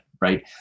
right